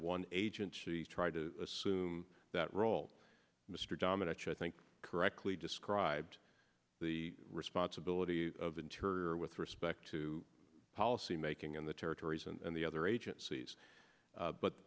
one agent she tried to assume that role mr dominant should think correctly described the responsibility of interior with respect to policy making in the territories and the other agencies